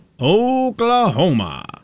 Oklahoma